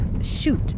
Shoot